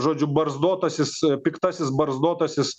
žodžiu barzdotasis piktasis barzdotasis